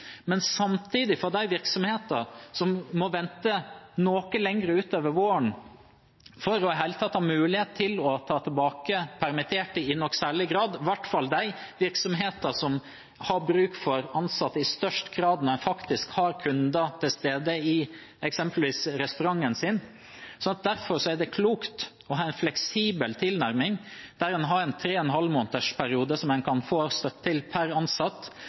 men samtidig for de virksomheter som må vente noe lenger utover våren for i det hele tatt ha mulighet til å ta tilbake permitterte i noen særlig grad, i hvert fall de virksomhetene som har bruk for ansatte i størst grad når en faktisk har kunder til stede i eksempelvis restauranten sin. Derfor er det klokt å ha en fleksibel tilnærming, der en har en tre og en halv måneders periode hvor en kan få støtte per ansatt,